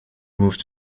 moved